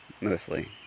mostly